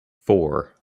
four